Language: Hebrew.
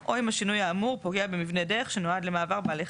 או אם השינוי האמור פוגע במבנה דרך שנועד למעבר בעלי חיים.